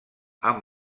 amb